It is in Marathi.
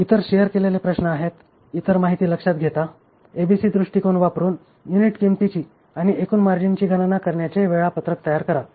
इतर शेअर केलेले प्रश्न आहेत इतर माहिती लक्षात घेता एबीसी दृष्टिकोन वापरुन युनिट किंमतीची आणि एकूण मार्जिनची गणना करण्याचे वेळापत्रक तयार करा